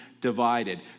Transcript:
divided